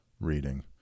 reading